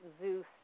Zeus